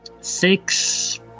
six